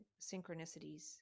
synchronicities